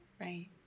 Right